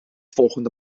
volgende